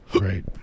Right